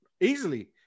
easily